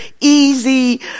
easy